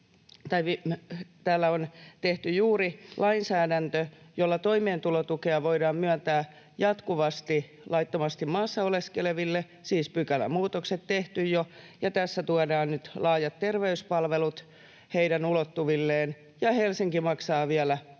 täällä on tehty juuri lainsäädäntö, jolla toimeentulotukea voidaan myöntää jatkuvasti laittomasti maassa oleskeleville — siis pykälämuutokset tehty jo — ja tässä tuodaan nyt laajat terveyspalvelut heidän ulottuvilleen, ja Helsinki maksaa vielä asumisenkin.